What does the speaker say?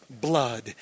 blood